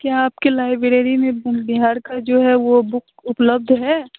क्या आपके लाइब्रेरी में बिहार का जो है वो बुक उपलब्ध है